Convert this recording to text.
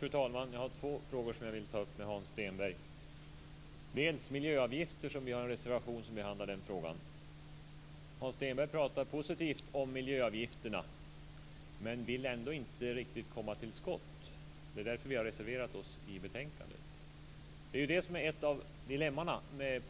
Fru talman! Det är två frågor som jag vill ta upp med Hans Stenberg. Vi har en reservation som behandlar frågan om miljöavgifter. Hans Stenberg talar positivt om miljöavgifterna men vill ändå inte riktigt komma till skott. Det är därför vi har reserverat oss i betänkandet. Det som är ett av dilemman i